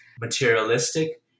materialistic